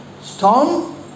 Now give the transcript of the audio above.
storm